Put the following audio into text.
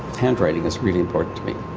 handwriting is really important to me,